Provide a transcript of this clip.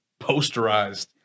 posterized